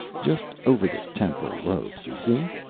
just over the temporal lobes, you see,